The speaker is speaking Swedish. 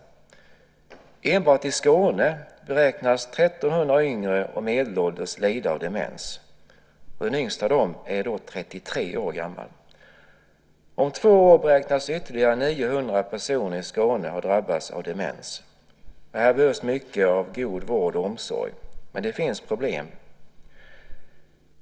Enbart i Skåne beräknas 1 300 yngre och medelålders lida av demens. Den yngsta av dem är i dag 33 år gammal. Om två år beräknas ytterligare 900 personer i Skåne ha drabbats av demens. Här behövs mycket av god vård och omsorg. Men det finns problem.